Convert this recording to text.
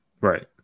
Right